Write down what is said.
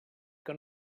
que